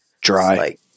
dry